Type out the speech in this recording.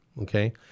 okay